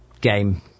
game